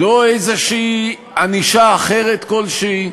לא איזו ענישה אחרת כלשהי.